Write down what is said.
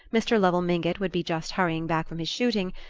mr. lovell mingott would be just hurrying back from his shooting,